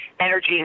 energy